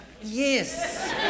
Yes